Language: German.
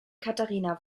katharina